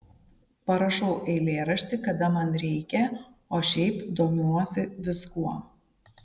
parašau eilėraštį kada man reikia o šiaip domiuosi viskuo